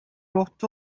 lot